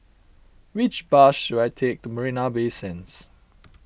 which bus should I take to Marina Bay Sands